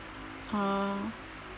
ah